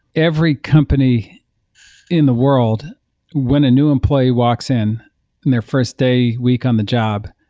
every company in the world when a new employee walks in in their first day week on the job,